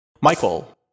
Michael